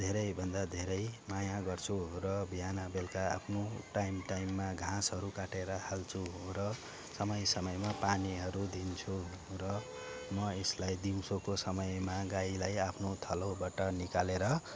धेरैभन्दा धेरै माया गर्छु र बिहान बेलुका आफ्नो टाइम टाइममा घाँसहरू काटेर हाल्छु र समय समयमा पानीहरू दिन्छु र म यसलाई दिउँसोको समयमा गाईलाई आफ्नो थलोबाट निकालेर